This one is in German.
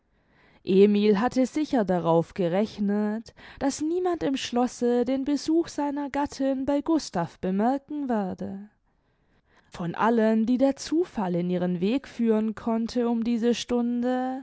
emil hatte sicher darauf gerechnet daß niemand im schlosse den besuch seiner gattin bei gustav bemerken werde von allen die der zufall in ihren weg führen konnte um diese stunde